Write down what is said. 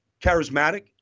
charismatic